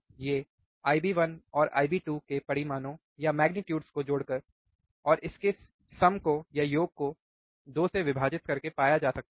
ये IB1 और IB2 के परिमाणों को जोड़कर और इस के योग को 2 से विभाजित करके पाया जा सकता है